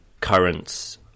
currents